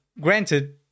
granted